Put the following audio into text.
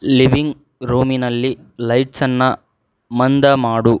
living ರೂಮಿನಲ್ಲಿ ಲೈಟ್ಸನ್ನು ಮಂದ ಮಾಡು